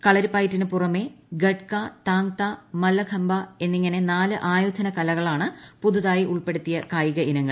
കളരിപ്പയറ്റിനു പുറമേ ഗട്ട്ക തങ് താ മല്ലഖമ്പ എന്നിങ്ങനെ നാല് ആയോധന കലകളാണ് പുതുതായി ഉൾപ്പെടുത്തിയ കായിക ഇനങ്ങൾ